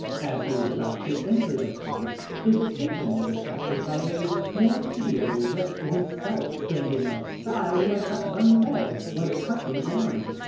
as he was about to enter the place his attention was attracted by a more pitiable wretch than himself standing outside who had but one leg, was partly blind,